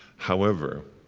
however,